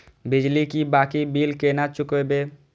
बिजली की बाकी बील केना चूकेबे?